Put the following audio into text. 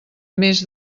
més